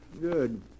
Good